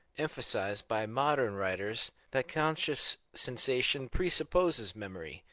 em phasized by modern writers, that conscious sensation pre-supposes memory,